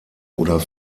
oder